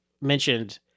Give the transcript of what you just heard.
mentioned